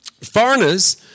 foreigners